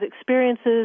experiences